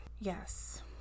Yes